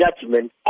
judgment